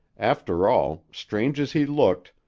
after all, strange as he looked,